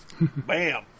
Bam